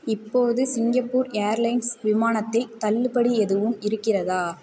இப்போது Singapore Airlines விமானத்தில் தள்ளுபடி எதுவும் இருக்கிறதா